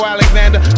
Alexander